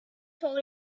told